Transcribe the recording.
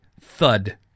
thud